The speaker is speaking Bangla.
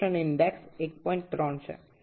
এবং সংকোচনের সূচকটি ১৩